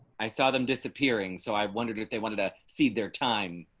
i saw them disappearing. so i wondered what they wanted to see their time.